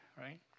right